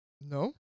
No